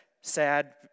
sad